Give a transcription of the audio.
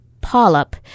polyp